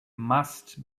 must